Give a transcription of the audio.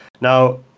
Now